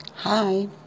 Hi